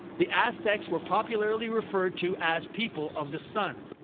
the aztecs were popularly referred to as people of the sun.